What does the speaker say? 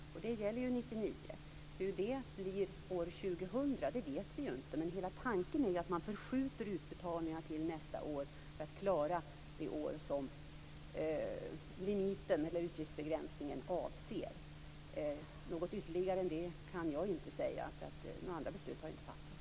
Och det gäller alltså 1999. Hur det blir år 2000 vet vi inte. Men hela tanken är ju att man förskjuter utbetalningar till nästa år för att klara det år som utgiftsbegränsningen avser. Något ytterligare kan jag inte säga, eftersom några andra beslut inte har fattats.